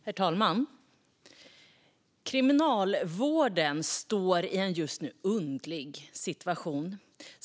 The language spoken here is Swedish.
Herr talman! Kriminalvården står just nu i en underlig situation.